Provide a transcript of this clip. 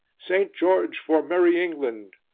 st. george for merry england!